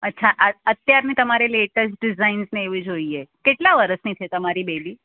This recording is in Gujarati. અચ્છા અત્યારને તમારે લેટેસ્ટ ડિઝાઇન્સ એવી જોઈએ કેટલા વર્ષની છે તમારી બેબી